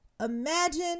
Imagine